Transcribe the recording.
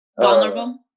Vulnerable